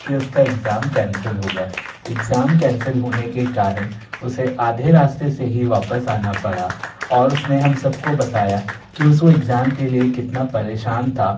कि उसका exam cancel हो गया इग्ज़ाम कैंसिल होने के कारण उसे आधे रास्ते से ही वापस आना पड़ा और उसने हम सबको बताया कि उसको इग्ज़ाम के लिए कितना परेशान था